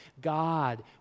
god